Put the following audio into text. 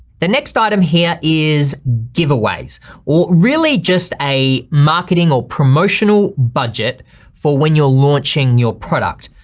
the next item here is giveaways or really just a marketing or promotional budget for when you're launching your product.